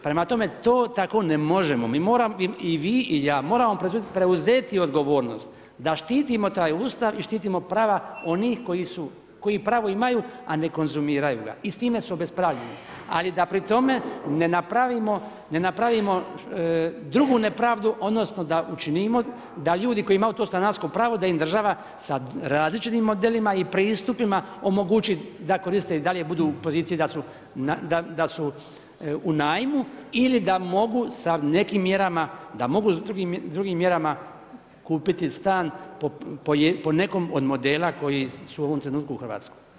Prema tome, to tako ne možemo, mi moramo i vi i ja, moramo preuzeti odgovornost, da štitimo taj Ustav i štitimo prava onih koji su koji pravo imaju a ne konzumiraju ga i s time su obespravljeni, ali da pri tome ne napravimo drugi nepravdu, odnosno, da učinimo, da ljudi koji imaju to stanarsko pravo, da im država sa različitim modelima i pristupima omogući da koristi i dalje budu u poziciji da su u najmu ili da mogu sa nekim mjerama, da mogu s drugim mjerama kupiti stan po nekom od modela koji su u ovom trenutku u Hrvatskoj.